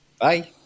Bye